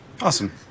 awesome